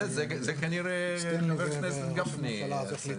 זה כנראה חבר הכנסת גפני --- הסכם